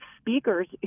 speakers